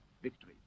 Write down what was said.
victory